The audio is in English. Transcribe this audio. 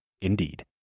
Indeed